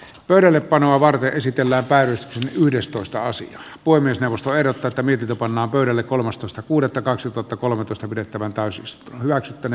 pöydällepanoa varten esitellä päälle yhdestoista asi voimistelusta erota virka pannaan pöydälle kolmastoista kuudetta kaksituhattakolmetoista pidettävä täysin hyväksyttävä